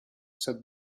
said